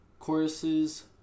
Choruses